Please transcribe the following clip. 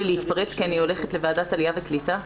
להתפרץ כי אני הולכת לוועדת עליה וקליטה.